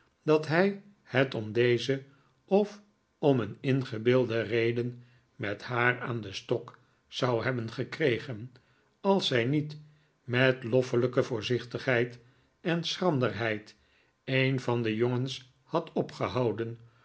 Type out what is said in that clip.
dat hij het om deze of om een ingebeeldevreden met haar aan den stok zou hebben gekregen als zij niet met loffelijke voorzichtigheid en schranderheid een van de jongens had opgehouden